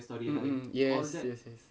mm mm yes yes yes